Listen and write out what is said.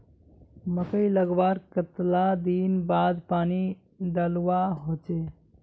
मकई लगवार कतला दिन बाद पानी डालुवा होचे?